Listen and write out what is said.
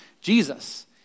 Jesus